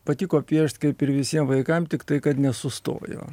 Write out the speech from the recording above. patiko piešt kaip ir visiem vaikam tiktai kad nesustojo